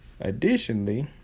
Additionally